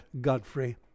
godfrey